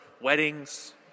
weddings